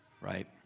right